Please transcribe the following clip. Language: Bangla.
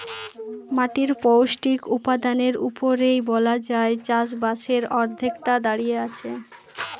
মাটির পৌষ্টিক উপাদানের উপরেই বলা যায় চাষবাসের অর্ধেকটা দাঁড়িয়ে আছে